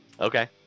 Okay